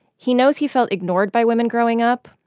he knows he felt ignored by women growing up,